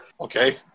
Okay